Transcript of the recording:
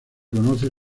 conoce